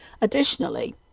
Additionally